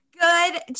Good